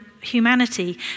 humanity